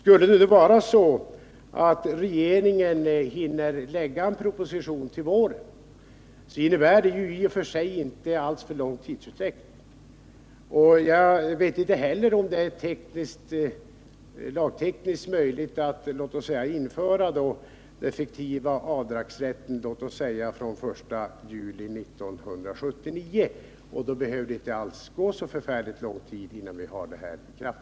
Hinner regeringen lägga fram en proposition till våren, blir det ju inte någon alltför lång tidsutdräkt. Jag vet inte om det är lagtekniskt möjligt att införa fiktiv avdragsrätt fr.o.m. den 1 juli 1979, men i så fall behöver det inte gå så lång tid innan lagen träder i kraft.